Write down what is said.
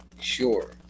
sure